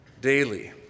daily